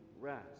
rest